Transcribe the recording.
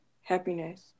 happiness